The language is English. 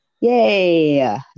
yay